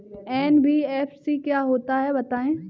NBFC क्या होता है बताएँ?